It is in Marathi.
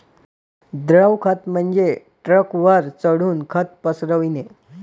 द्रव खत म्हणजे ट्रकवर चढून खत पसरविणे